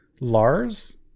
Lars